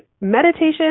meditation